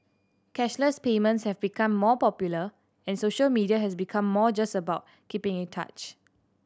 cashless payments have become more popular and social media has become more just about keeping in touch